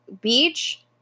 Beach